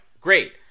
great